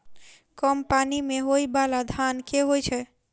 कम पानि मे होइ बाला धान केँ होइ छैय?